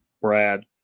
Brad